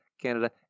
Canada